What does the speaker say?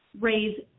raise